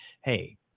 hey